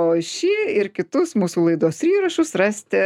o šį ir kitus mūsų laidos įrašus rasite